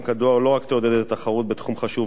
לא רק יעודד את התחרות בתחום חשוב זה,